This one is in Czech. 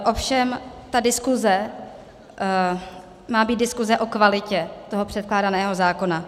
Ovšem ta diskuze, má být diskuze o kvalitě toho předkládaného zákona.